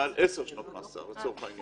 מעל עשר שנות מאסר, לצורך העניין.